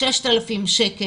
יש לך הוצאה של 6,000 שקלים.